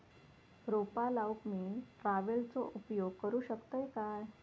रोपा लाऊक मी ट्रावेलचो उपयोग करू शकतय काय?